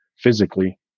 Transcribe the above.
physically